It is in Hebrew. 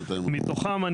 מתוכם,